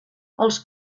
els